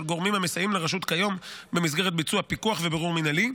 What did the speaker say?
גורמים המסייעים לרשות כיום במסגרת ביצוע פיקוח ובירור מינהלי.